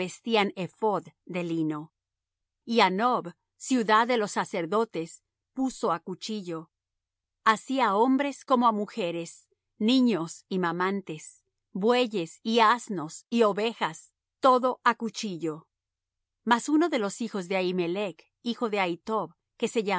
ephod de lino y á nob ciudad de los sacerdotes puso á cuchillo así á hombres como á mujeres niños y mamantes bueyes y asnos y ovejas todo á cuchillo mas uno de los hijos de ahimelech hijo de ahitob que se